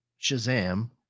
Shazam